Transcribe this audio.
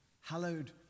Hallowed